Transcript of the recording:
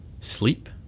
sleep